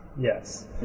Yes